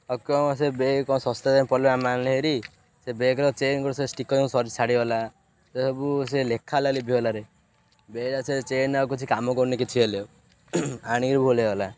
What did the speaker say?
ଆଉ କିଅଣ ସେ ବେଗ କ'ଣ ଶସ୍ତା ଯାଇ ପଡ଼ିଲେ ଆମ ଆଣିଲେ ହେରି ସେ ବେଗ୍ର ଚେନ୍ ଗୁଟେ ସେ ଷ୍ଟିକରିଂ ସବୁ ଛାଡ଼ିଗଲା ସେସବୁ ସେ ଲେଖା ଗଲା ବିି ଲିଭିଗଲାରେ ବେଗ୍ର ସେ ଚେନ୍ ଆଉ କିଛି କାମ କରୁନି କିଛି ହେଲେ ଆଉ ଆଣିକିରି ଭୁଲ୍ ହୋଇଗଲା